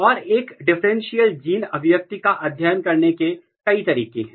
और एक differential gene अभिव्यक्ति का अध्ययन करने के कई तरीके हैं